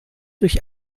durch